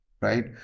Right